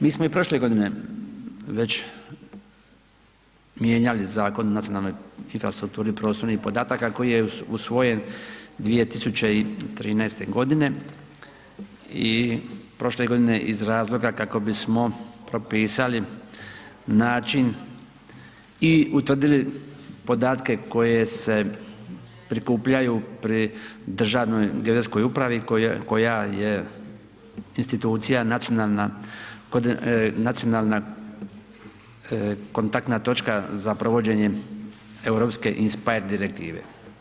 Mi smo i prošle godine već mijenjali Zakon o nacionalnoj infrastrukturi prostornih podataka koji je usvojen 2013. godine i prošle godine iz razloga kako bismo propisali način i utvrdili podatke koje se prikupljaju pri Državnoj geodetskoj upravi koja je institucija nacionalna kod, nacionalna kontaktna točka za provođenje INSPIRE Direktive.